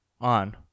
on